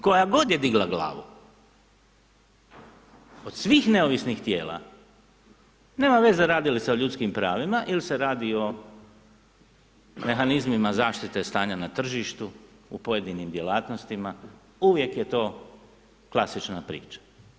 Koja god je digla glavu od svih neovisnih tijela, nema veze radi li se o ljudskim pravima ili se radi o mehanizmima zaštite stanja na tržištu u pojedinim djelatnostima, uvijek je to klasična priča.